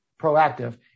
proactive